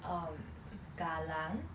um galang